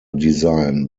design